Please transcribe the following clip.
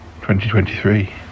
2023